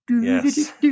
Yes